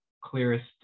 clearest